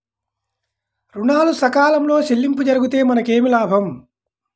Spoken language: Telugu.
ఋణాలు సకాలంలో చెల్లింపు జరిగితే మనకు ఏమి లాభం?